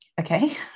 Okay